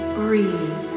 breathe